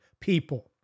people